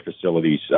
facilities